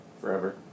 forever